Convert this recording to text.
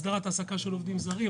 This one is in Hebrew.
הסדרת העסקה של עובדים זרים,